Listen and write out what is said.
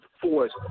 force